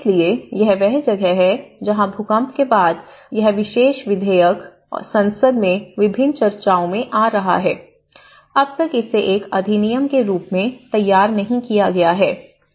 इसलिए यह वह जगह है जहां भूकंप के बाद यह विशेष विधेयक संसद में विभिन्न चर्चाओं में रहा है अब तक इसे एक अधिनियम के रूप में तैयार नहीं किया गया है